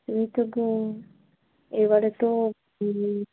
এবারে তো